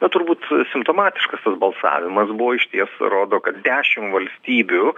na turbūt simptomatiškas tas balsavimas buvo išties rodo kad dešim valstybių